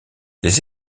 les